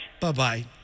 Bye-bye